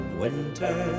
winter